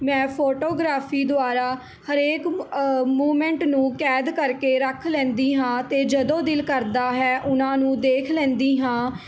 ਮੈਂ ਫੋਟੋਗ੍ਰਾਫੀ ਦੁਆਰਾ ਹਰੇਕ ਮੂਮੈਂਟ ਨੂੰ ਕੈਦ ਕਰਕੇ ਰੱਖ ਲੈਂਦੀ ਹਾਂ ਅਤੇ ਜਦੋਂ ਦਿਲ ਕਰਦਾ ਹੈ ਉਨਾਂ ਨੂੰ ਦੇਖ ਲੈਂਦੀ ਹਾਂ